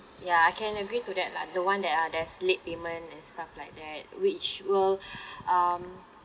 ya I can agree to that lah the one that uh there's late payment and stuff like that which will um